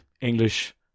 English